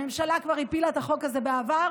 הממשלה כבר הפילה את החוק הזה בעבר,